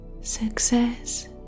Success